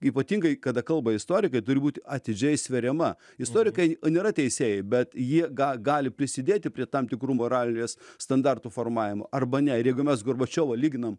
ypatingai kada kalba istorikai turi būti atidžiai sveriama istorikai nėra teisėjai bet jie ga gali prisidėti prie tam tikrų moralės standartų formavimo arba ne ir jeigu mes gorbačiovą lyginam